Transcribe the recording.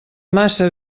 massa